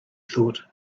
thought